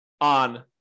on